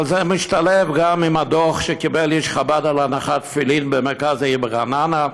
אבל זה משתלב עם הדוח שקיבל איש חב"ד על הנחת תפילין במרכז העיר ברעננה,